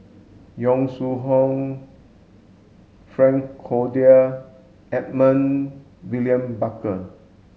Yong Shu Hoong Frank Cloutier Edmund William Barker